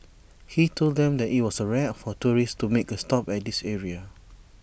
he told them that IT was rare for tourists to make A stop at this area